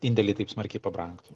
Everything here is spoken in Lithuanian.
indėliai taip smarkiai pabrangtų